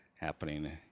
happening